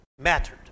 mattered